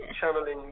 Channeling